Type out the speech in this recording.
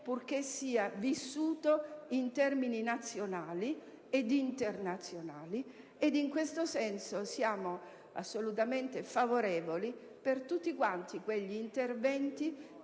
purché sia vissuto in termini nazionali e internazionali. In questo senso siamo assolutamente a favore di tutti quanti quegli interventi